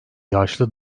yaşlı